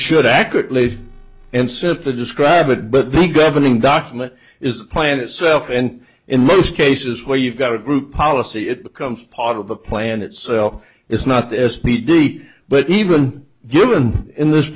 should accurately and simple describe it but the governing document is the plan itself and in most cases where you've got a group policy it becomes part of the plan itself is not to speak but even given in this